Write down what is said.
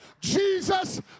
Jesus